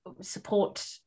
support